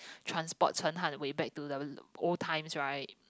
transport Chen-Han-Wei back to the old times right